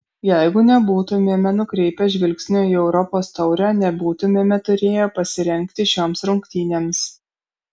jeigu nebūtumėme nukreipę žvilgsnio į europos taurę nebūtumėme turėję pasirengti šioms rungtynėms